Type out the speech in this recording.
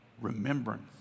remembrance